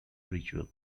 ritual